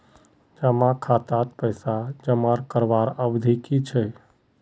जमा खातात पैसा जमा करवार अवधि की छे?